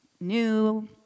new